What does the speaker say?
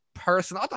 person